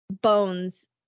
bones